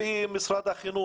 מיפוי של העובדים לפי ותק,